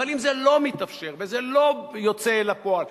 אבל אם זה לא מתאפשר וזה לא יוצא אל הפועל,